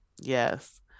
Yes